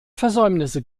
versäumnisse